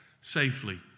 safely